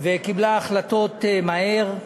וקיבלה החלטות במהירות,